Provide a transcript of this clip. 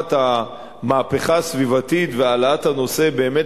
להשלמת המהפכה הסביבתית והעלאת הנושא באמת